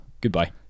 Goodbye